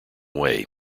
way